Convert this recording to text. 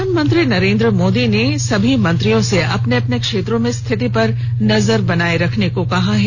प्रधानमंत्री नरेन्द्र मोदी सभी मंत्रियों से अपने अपने क्षेत्रों में स्थिति पर नजर रखने को कहा है